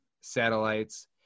satellites